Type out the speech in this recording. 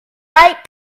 right